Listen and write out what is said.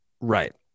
right